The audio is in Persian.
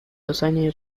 حسینی